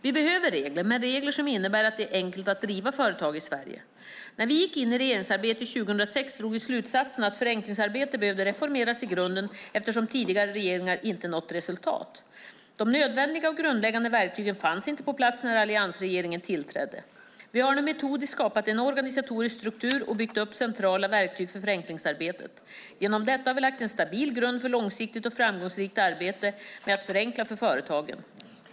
Vi behöver regler, men regler som innebär att det är enkelt att driva företag i Sverige. När vi gick in i regeringsarbetet 2006 drog vi slutsatsen att förenklingsarbetet behövde reformeras i grunden, eftersom tidigare regeringar inte nått resultat. De nödvändiga och grundläggande verktygen fanns inte på plats när alliansregeringen tillträdde. Vi har nu metodiskt skapat en organisatorisk struktur och byggt upp centrala verktyg för förenklingsarbetet. Genom detta har vi lagt en stabil grund för långsiktigt och fortsatt framgångsrikt arbete med att förenkla för företagen.